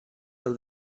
del